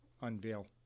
unveil